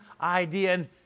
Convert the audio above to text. idea